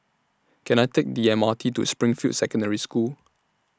Can I Take The M R T to Springfield Secondary School